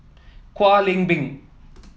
Kwek Leng Beng